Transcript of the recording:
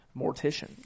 Mortician